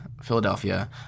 Philadelphia